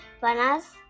bananas